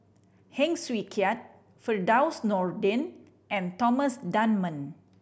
Heng Swee Keat Firdaus Nordin and Thomas Dunman